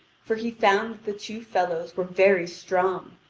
for he found that the two fellows were very strong,